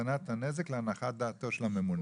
ולהקטנת הנזק להנחת דעתו של הממונה".